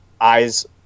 eyes